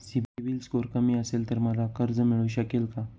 CIBIL score कमी असेल तर मला कर्ज मिळू शकेल का?